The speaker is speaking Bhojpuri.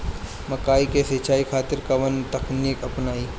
मकई के सिंचाई खातिर कवन तकनीक अपनाई?